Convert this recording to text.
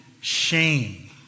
shame